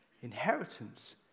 Inheritance